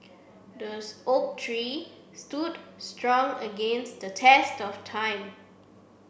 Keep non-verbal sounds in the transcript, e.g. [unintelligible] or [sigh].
the [unintelligible] oak tree stood strong against the test of time